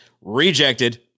rejected